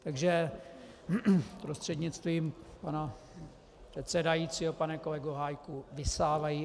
Takže prostřednictvím pana předsedajícího pane kolego Hájku, vysávají.